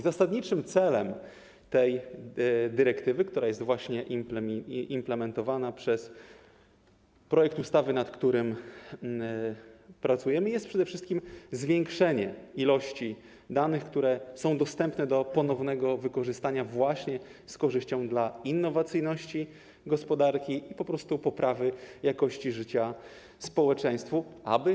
Zasadniczym celem tej dyrektywy, która jest właśnie implementowana przez projekt ustawy, nad którym pracujemy, jest przede wszystkim zwiększenie ilości danych, które są dostępne do ponownego wykorzystania, co odbędzie się z korzyścią dla innowacyjności gospodarki i po prostu w celu poprawy jakości życia społeczeństwa.